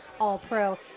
All-Pro